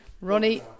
Ronnie